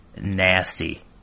nasty